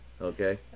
Okay